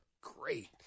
Great